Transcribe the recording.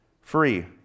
free